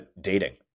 dating